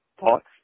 thoughts